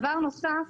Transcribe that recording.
דבר נוסף,